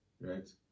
Right